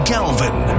Galvin